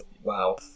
Wow